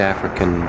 African